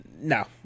no